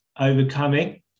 overcoming